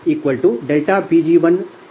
551 ಪಡೆಯುತ್ತೀರಿ